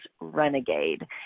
Renegade